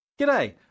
G'day